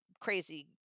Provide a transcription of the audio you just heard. crazy